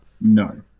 No